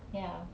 ya